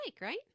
right